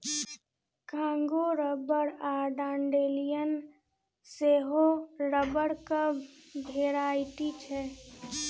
Congo rubber आ dandelion सेहो रबरक भेराइटी छै